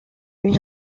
une